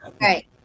right